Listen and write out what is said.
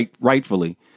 rightfully